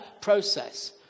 process